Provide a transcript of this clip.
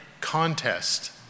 contest